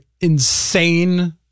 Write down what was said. insane